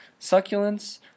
succulents